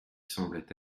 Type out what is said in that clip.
semblaient